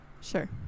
sure